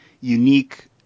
unique